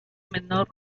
menor